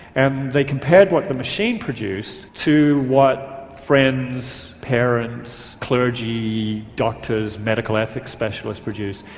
and they compared what the machine produced to what friends, parents, clergy, doctors, medical ethics specialists produced,